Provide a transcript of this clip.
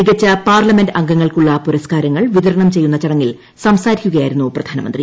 മികച്ച പാർലമെന്റ് അംഗങ്ങൾക്കുള്ള പുരസ്കാരങ്ങൾ വിതരണം ചെയ്യുന്ന ചടങ്ങിൽ സംസാരിക്കുകയായിരുന്നു പ്രധാനമന്ത്രി